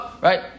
right